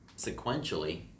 sequentially